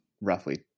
roughly